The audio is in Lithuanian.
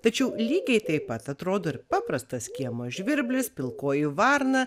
tačiau lygiai taip pat atrodo ir paprastas kiemo žvirblis pilkoji varna